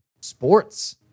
sports